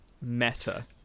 meta